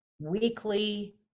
weekly